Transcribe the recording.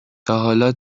تاحالا